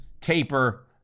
taper